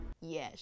Yes